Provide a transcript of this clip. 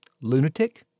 lunatic